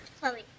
Chloe